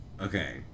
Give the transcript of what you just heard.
okay